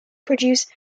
produce